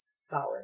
solid